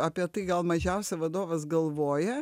apie tai gal mažiausiai vadovas galvoja